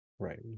Right